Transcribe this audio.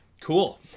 Cool